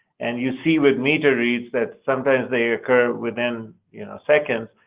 and you see with meter reads that sometimes they occur within seconds,